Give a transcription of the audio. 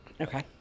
Okay